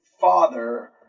father